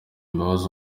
imbabazi